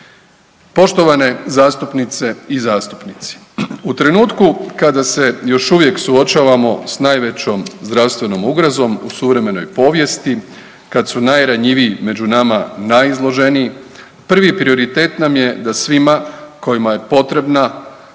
Poštovane zastupnice i zastupnici, u trenutku kada se još uvijek suočavamo s najvećom zdravstvenom ugrozom u suvremenoj povijesti, kad su najranjiviji među nama najizloženiji, prvi prioritet nam je da svima kojima je potrebna